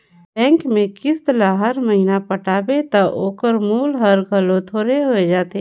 bank में किस्त ल हर महिना पटाबे ता ओकर मूल हर घलो थोरहें होत जाथे